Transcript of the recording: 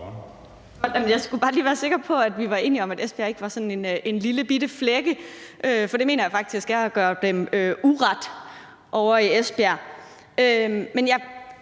Jeg skulle bare lige være sikker på, at vi var enige om, at Esbjerg ikke var sådan en lillebitte flække, for det mener jeg faktisk er at gøre dem uret ovre i Esbjerg.